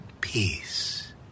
Peace